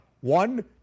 one